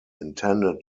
intended